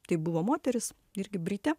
tai buvo moteris irgi britė